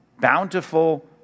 bountiful